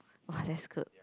[wah] that's good